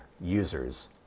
users